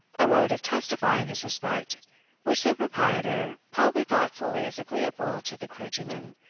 a mode of testifying his respect which the proprietor probably thought fully as agreeable to the clergyman,